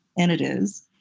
and it is,